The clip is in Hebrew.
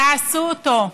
תעשו אותו.